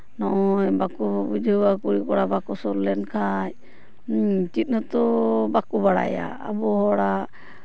ᱱᱚᱜ ᱚᱭ ᱵᱟᱠᱚ ᱵᱩᱡᱷᱟᱹᱣᱟ ᱠᱩᱲᱤᱼᱠᱚᱲᱟ ᱵᱟᱝ ᱠᱚ ᱥᱩᱨ ᱞᱮᱱᱠᱷᱟᱡ ᱪᱮᱫ ᱦᱚᱸᱛᱚ ᱵᱟᱠᱚ ᱵᱟᱲᱟᱭᱟ ᱟᱵᱚ ᱦᱚᱲᱟᱜ